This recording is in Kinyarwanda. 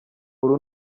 uru